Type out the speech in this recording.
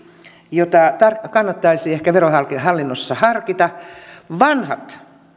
jota kannattaisi ehkä verohallinnossa harkita vanhat